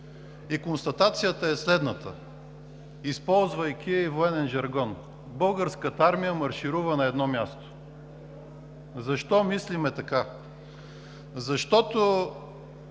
Констатацията е следната, използвайки военен жаргон: Българската армия марширува на едно място. Защо мислим така? Защото